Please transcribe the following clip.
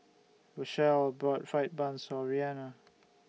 Rachelle bought Fried Bun So Reanna